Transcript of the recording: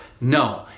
No